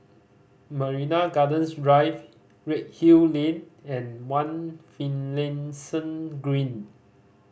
Marina Gardens Drive Redhill Lane and One Finlayson Green